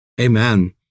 Amen